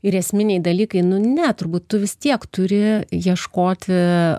ir esminiai dalykai nu ne turbūt tu vis tiek turi ieškoti